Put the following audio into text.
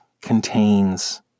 contains